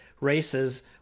races